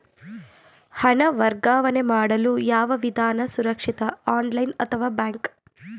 ಹಣ ವರ್ಗಾವಣೆ ಮಾಡಲು ಯಾವ ವಿಧಾನ ಸುರಕ್ಷಿತ ಆನ್ಲೈನ್ ಅಥವಾ ಬ್ಯಾಂಕ್?